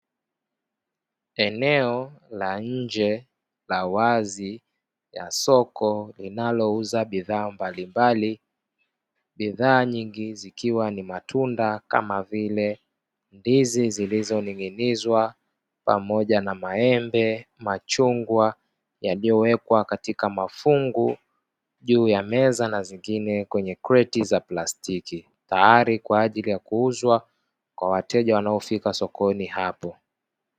Eneo la nje la wazi ya soko linalouza bidhaa mbalimbali, bidhaa nyingi zikiwa ni matunda kama vile ndizi zilizonin'ginizwa pamoja na maembe ,machungwa yaliyoweka katika mafungu juu ya meza na zingine kwenye kreti za plasitiki tayari kwa ajili ya kuuzwa kwa wateja wanaofika sokaoni hapo.